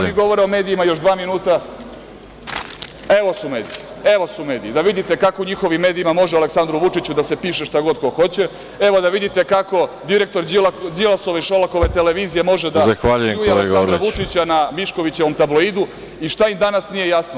Oni govore o medijima, evo su mediji, da vidite kako u njihovim medijima može o Aleksandru Vučiću da se piše šta god ko hoće, evo da vidite kako direktor Đilasove i Šolakove televizije može da pljuje Aleksandra Vučića na Miškovićevom tabloidu i šta im danas nije jasno.